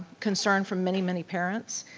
concern from many, many parents.